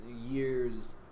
years